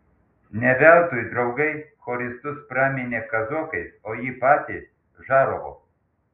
ne veltui draugai choristus praminė kazokais o jį patį žarovu